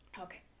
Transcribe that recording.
Okay